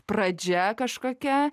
pradžia kažkokia